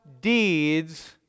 deeds